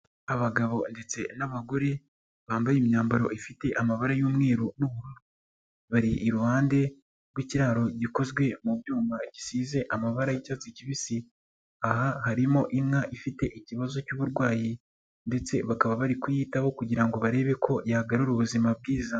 Abagabo ndetse n'abagore bambaye imyambaro ifite amabara y'umweru n'ubururu, bari iruhande rw'ikiraro gikozwe mu byuma bisize amaba y'icyatsi kibisi, aha harimo inka ifite ikibazo cy'uburwayi ndetse bakaba bari kuyitaho kugira barebe ko yagarura ubuzima bwiza.